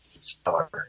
star